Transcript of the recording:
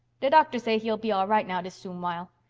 de doctor say he'll be all right now dis soon while.